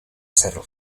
hacerlo